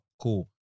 cool